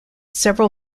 several